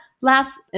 last